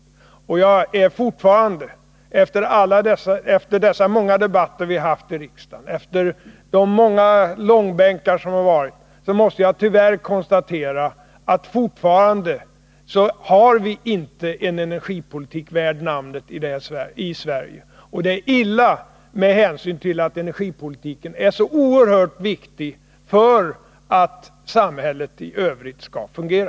Efter de många debatter som vi har haft i riksdagen och de många långbänkar som förekommit måste jag tyvärr konstatera att vi ännu inte har någon energipolitik värd namnet i Sverige. Och det är illa, med hänsyn till att energipolitiken är så oerhört viktig för att samhället i övrigt skall fungera.